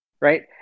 right